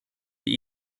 die